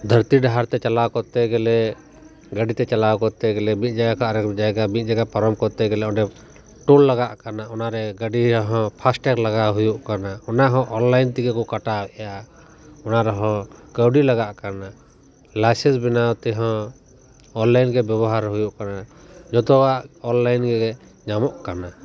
ᱫᱷᱟᱹᱨᱛᱤ ᱰᱟᱦᱟᱨ ᱛᱮ ᱪᱟᱞᱟᱣ ᱠᱚᱨᱛᱮ ᱜᱮᱞᱮ ᱜᱟᱹᱰᱤ ᱛᱮ ᱪᱟᱞᱟᱣ ᱠᱚᱨᱛᱮ ᱜᱮᱞᱮ ᱢᱤᱫ ᱡᱟᱭᱜᱟ ᱠᱷᱚᱱ ᱟᱨ ᱢᱤᱫ ᱡᱟᱭᱜᱟ ᱢᱤᱫ ᱡᱟᱭᱜᱟ ᱯᱟᱨᱚᱢ ᱠᱚᱨᱛᱮ ᱜᱮᱞᱮ ᱚᱸᱰᱮ ᱴᱳᱞ ᱞᱟᱜᱟᱜ ᱠᱟᱱᱟ ᱚᱱᱟ ᱨᱮ ᱜᱟᱹᱰᱤ ᱨᱮᱦᱚᱸ ᱯᱷᱟᱥᱴᱮᱜᱽ ᱞᱟᱜᱟᱣ ᱦᱩᱭᱩᱜ ᱠᱟᱱᱟ ᱚᱱᱟ ᱦᱚᱸ ᱚᱱᱞᱟᱭᱤᱱ ᱛᱮᱠᱚ ᱠᱟᱴᱟᱣ ᱮᱫᱟ ᱚᱱᱟ ᱨᱮᱦᱚᱸ ᱠᱟᱹᱣᱰᱤ ᱞᱟᱜᱟᱜ ᱠᱟᱱᱟ ᱞᱟᱭᱥᱮᱱᱥ ᱵᱮᱱᱟᱣ ᱛᱮᱦᱚᱸ ᱚᱱᱞᱟᱭᱤᱱ ᱜᱮ ᱵᱮᱵᱚᱦᱟᱨ ᱦᱩᱭᱩᱜ ᱠᱟᱱᱟ ᱡᱚᱛᱚᱣᱟᱜ ᱚᱱᱞᱟᱭᱤᱱ ᱜᱮ ᱧᱟᱢᱚᱜ ᱠᱟᱱᱟ